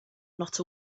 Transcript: not